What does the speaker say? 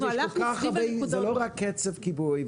אנחנו הלכנו סביב הנקודות --- אבל היות שזה לא רק קצף כיבוי,